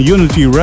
Unity